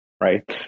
right